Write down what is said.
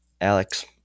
Alex